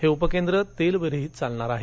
हे उपकेंद्र तेल विरहित चालणार आहे